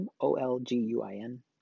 O-L-G-U-I-N